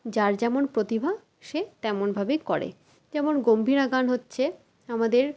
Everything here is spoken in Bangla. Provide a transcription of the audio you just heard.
যার যেমন প্রতিভা সে তেমনভাবেই করে যেমন গম্ভীরা গান হচ্ছে আমাদের